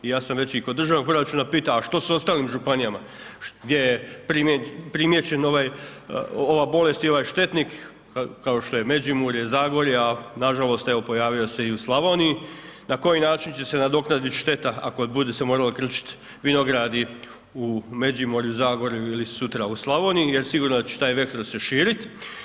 I ja sam već i kod državnog proračuna pitao a što s ostalim županijama, gdje je primijećen ovaj, ova bolest i ovaj štetnik kao što je Međimurje, Zagorje, a nažalost evo pojavio se i u Slavoniji, na koji način će se nadoknaditi šteta ako bude se moralo uključiti vinogradi u Međimurju, Zagorju ili sutra u Slavoniji, jer sigurno da će taj vektor se širit.